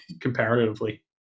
comparatively